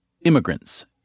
Immigrants